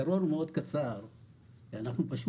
שהצלחנו להגיע לנושא של ההפרטה שפתרה את כל